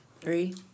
Three